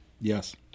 Yes